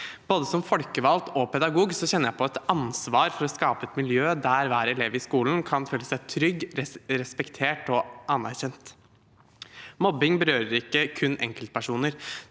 både folkevalgt og pedagog kjenner jeg på et ansvar for å skape et miljø der hver elev i skolen kan føle seg trygg, respektert og anerkjent. Mobbing berører ikke kun enkeltpersoner,